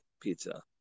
pizza